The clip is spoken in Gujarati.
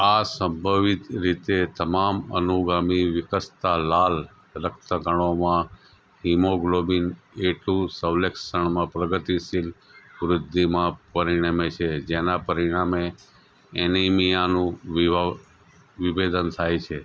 આ સંભવિત રીતે તમામ અનુગામી વિકસતા લાલ રક્તકણોમાં હિમોગ્લોબિન એ ટુ સંશ્લેષણમાં પ્રગતિશીલ વૃદ્ધિમાં પરિણમે છે જેના પરિણામે એનિમિયાનું વિભા વિભેદન થાય છે